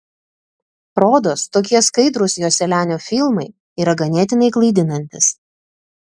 rodos tokie skaidrūs joselianio filmai yra ganėtinai klaidinantys